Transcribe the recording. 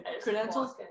Credentials